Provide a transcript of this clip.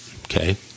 okay